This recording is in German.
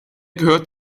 gehört